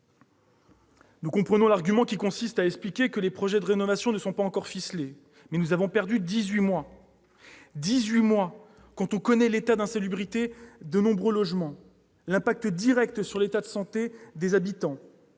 Nous comprenons l'argument qui consiste à expliquer que les projets de rénovation ne sont pas encore ficelés, mais nous avons perdu dix-huit mois. Ce délai, quand on connaît l'état d'insalubrité de nombreux logements et l'impact direct sur l'état de santé des habitants-